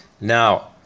Now